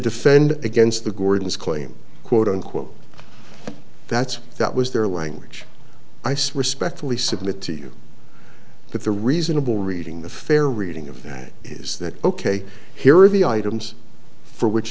defend against the gordons claim quote unquote that's that was their language ice respectfully submit to you that the reasonable reading the fair reading of that is that ok here are the items for which